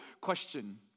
question